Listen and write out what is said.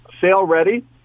sale-ready